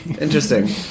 Interesting